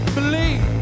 Believe